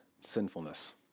sinfulness